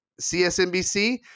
CSNBC